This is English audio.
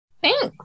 Thanks